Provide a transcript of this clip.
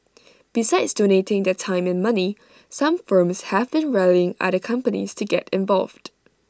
besides donating their time and money some firms have been rallying other companies to get involved